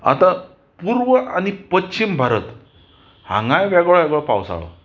आतां पुर्व आनी पश्चिम भारत हांगाय वेगळो वेगळो पावसाळो